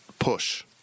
push